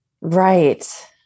Right